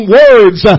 words